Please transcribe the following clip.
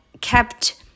kept